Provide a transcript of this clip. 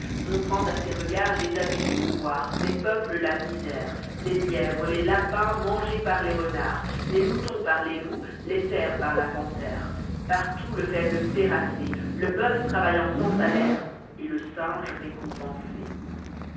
montrant à ses regards les abus du pouvoir des peuples la misèrç les hèvres les lapins mangés par les renards les moutons par les loups les cerfs par la panthère partout le foible terrassé le boeuf travaillant sans salaire et le singe récompensé